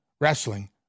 wrestling